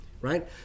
Right